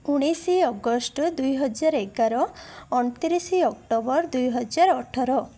ଉଣେଇଶ ଅଗଷ୍ଟ ଦୁଇହଜାର ଏଗାର ଅଣତିରିଶ ଅକ୍ଟୋବର ଦୁଇହଜାର ଅଠର